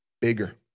bigger